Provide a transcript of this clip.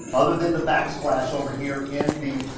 other than the backsplash over here in the,